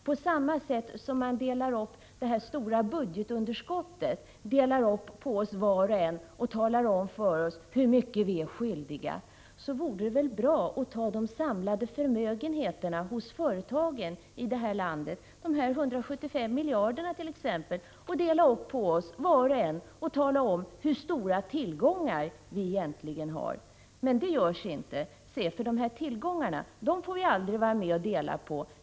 På samma sätt som man delar upp det stora budgetunderskottet på oss var och en och talar om för oss hur mycket vi är skyldiga vore det väldigt trevligt om man delade upp de samlade förmögenheterna hos företagen i landet, de 175 miljarderna t.ex., på oss var och en och talade om, hur stora tillgångar vi egentligen har. Men det görs inte. Tillgångarna får vi aldrig vara med och dela på.